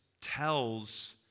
tells